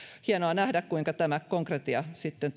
hienoa nähdä kuinka tämä konkretia sitten